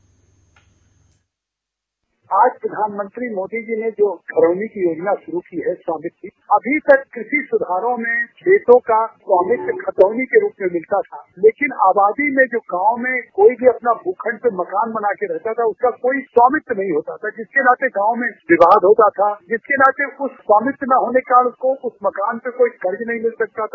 bite आज प्रधानमंत्री मोदी जी ने जो घरौनी की योजना शुरू की है स्वामित्व की अभी तक किसी कृषि सुधारों में खेतों का स्वामित्व खतौनी के रूप में मिलता था लेकिन आबादी में जब गांव में कोई भी अपना भूखण्ड में मकान बनाकर रहता था उसका कोई स्वामित्व नहीं होता था इसके साथ ही गांव में विवाद होता था जिसके कारण उस स्वामित्व न होने के कारण उसको उस मकान पर कोई कर्ज नहीं मिल सकता था